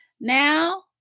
now